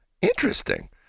Interesting